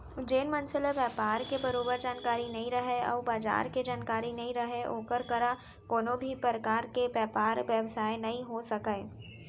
जेन मनसे ल बयपार के बरोबर जानकारी नइ रहय अउ बजार के जानकारी नइ रहय ओकर करा कोनों भी परकार के बयपार बेवसाय नइ हो सकय